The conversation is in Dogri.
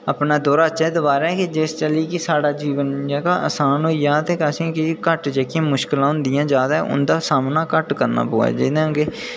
अपना दोहराचै दोआरै कि जिसी अस कि साढ़ा जीवन जेह्का आसान होई जा ते असेंगी घट्ट होंदियां मुश्कलां जेह्ड़ियां जादै उं'दा सामना घट्ट करना पवै जि'यां की